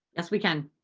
yes, we can.